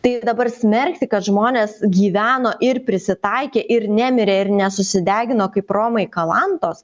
tai dabar smerkti kad žmonės gyveno ir prisitaikė ir nemirė ir nesusidegino kaip romai kalantos